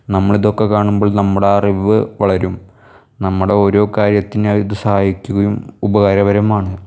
നമ്മൾ ഇതൊക്കെ കാണുമ്പോൾ നമ്മുടെ അറിവ് വളരും നമ്മുടെ ഓരോ കാര്യത്തിനായി ഇത് സഹായിക്കുകയും ഉപകാരപരമാണ്